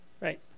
Right